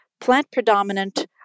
plant-predominant